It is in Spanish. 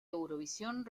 eurovisión